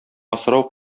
асрау